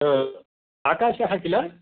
आकाशः किल